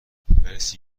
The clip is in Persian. مرسی